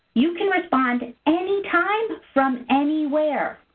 you can respond anytime from anywhere.